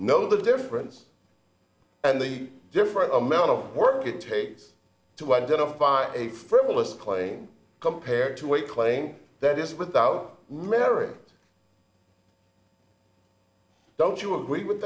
know the difference and the different amount of work it takes to identify a frivolous claim compared to a claim that is without merit don't you agree with